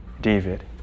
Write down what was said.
David